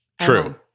True